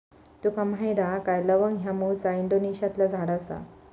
तुका माहीत हा काय लवंग ह्या मूळचा इंडोनेशियातला झाड आसा